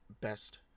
best